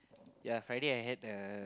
ya Friday I had a